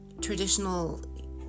traditional